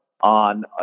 On